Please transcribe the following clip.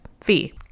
fee